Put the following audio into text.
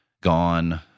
Gone